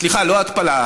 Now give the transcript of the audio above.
סליחה, לא ההתפלה,